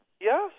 Yes